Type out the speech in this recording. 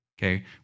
okay